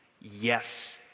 yes